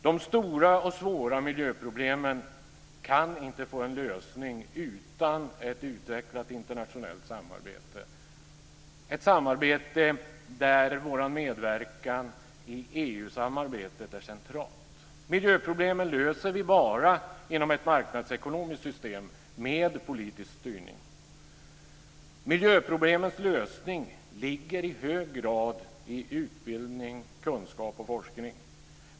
De stora och svåra miljöproblemen kan inte få en lösning utan ett utvecklat internationellt samarbete. I det samarbetet är vår medverkan i EU samarbetet centralt. Miljöproblemen löser vi bara genom ett marknadsekonomiskt system med politisk styrning. Miljöproblemens lösning ligger i hög grad i utbildning, kunskap och forskning.